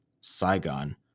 Saigon